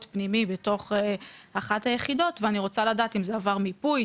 פנימי בתוך אחת היחידות ואני רוצה לדעת אם זה עבר מיפוי,